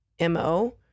MO